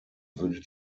würde